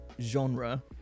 genre